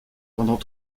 pendant